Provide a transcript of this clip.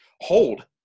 Hold